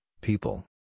people